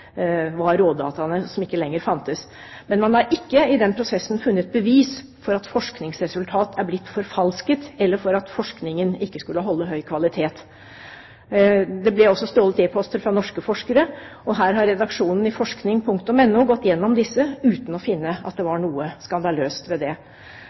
var rådataene, som ikke lenger fantes. Men man har ikke i den prosessen funnet bevis for at forskningsresultater er blitt forfalsket, eller at forskningen ikke skulle holde høy kvalitet. Det ble også stjålet e-poster fra norske forskere, og her har redaksjonen i forskning.no gått gjennom saken uten å finne at det